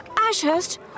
Ashurst